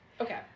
Okay